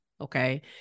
okay